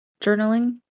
journaling